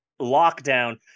lockdown